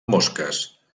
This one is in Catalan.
mosques